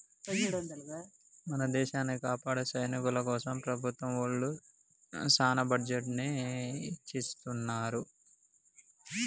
మన దేసాన్ని కాపాడే సైనికుల కోసం ప్రభుత్వం ఒళ్ళు సాన బడ్జెట్ ని ఎచ్చిత్తున్నారు